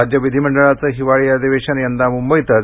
राज्य विधिमंडळाचं हिवाळी अधिवेशन यंदा मुंबईतच